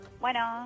Bueno